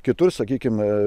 kitur sakykime